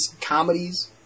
comedies